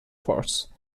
force